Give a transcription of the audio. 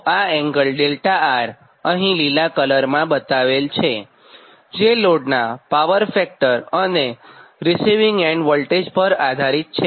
તો આ એંગલ 𝛿𝑅 અહીં લીલા કલરમાં બતાવેલ છેજે લોડનાં પાવર ફેક્ટર અને રીસિવીંગ એન્ડ વોલ્ટેજ પર આધારિત છે